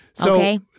okay